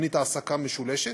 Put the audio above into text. בתבנית העסקה משולשת.